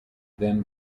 then